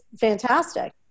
fantastic